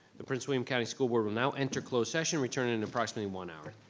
the prince william county school board will now enter closed session, returning in approximately one hour.